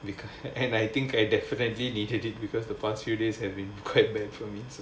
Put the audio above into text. because and I think I definitely needed it because the past few days have been quite bad for me